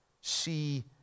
see